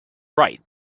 right